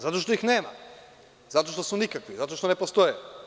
Zato što ih nema, zato što su nikakvi, zato što ne postoje.